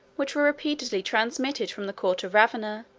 which were repeatedly transmitted from the court of ravenna,